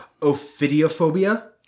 Ophidiophobia